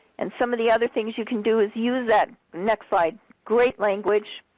and some of the other things you can do is use that, next slide, great language,